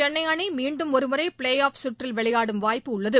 சென்னை அணி மீண்டும் ஒருமுறை ப்ளே ஆஃப் கற்றில் விளையாடும் வாய்ப்பு உள்ளது